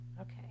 Okay